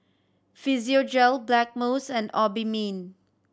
Physiogel Blackmores and Obimin